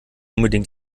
unbedingt